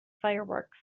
fireworks